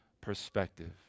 perspective